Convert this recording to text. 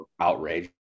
outrage